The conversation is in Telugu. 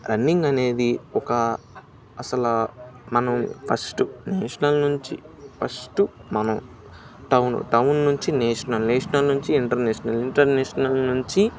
రన్నింగ్ అనేది ఒక అసలు మనం ఫస్ట్ నేషనల్ నుంచి ఫస్ట్ మనం టౌన్ టౌన్ నుంచి నేషనల్ నేషనల్ నుంచి ఇంటర్నేషనల్ ఇంటర్నేషనల్ నుంచి